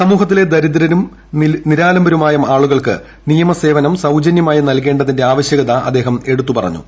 സമൂഹത്തിലെ ദരിദ്രരും നിരാലംബരുമായ ആളുകൾക്ക് നിയമസേവനം സൌജന്യമായി നൽകേണ്ടതിന്റെ ആവശ്യകത അദ്ദേഹം എടുത്തു പറഞ്ഞു